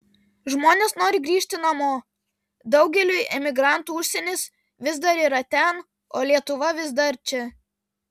žmonės nori grįžti namo daugeliui emigrantų užsienis vis dar yra ten o lietuva vis dar čia